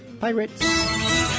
Pirates